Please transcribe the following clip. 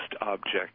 object